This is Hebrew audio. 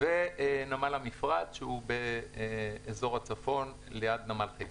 ונמל המפרץ, שהוא ליד נמל חיפה.